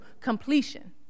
completion